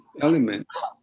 elements